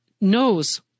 knows